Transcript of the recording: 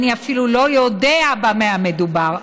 אני אפילו לא יודע במה מדובר.